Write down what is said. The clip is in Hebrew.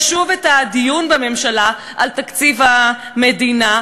שוב את הדיון בממשלה על תקציב המדינה,